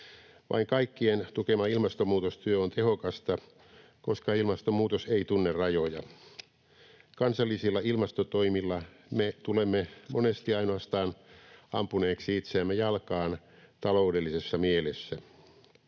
Vain kaikkien tukema ilmastonmuutostyö on tehokasta, koska ilmastonmuutos ei tunne rajoja. Kansallisilla ilmastotoimilla me tulemme monesti ainoastaan ampuneeksi itseämme jalkaan taloudellisessa mielessä.